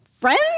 friends